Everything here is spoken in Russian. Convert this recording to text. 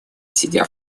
сидя